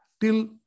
till